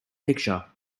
picture